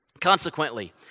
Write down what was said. Consequently